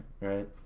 right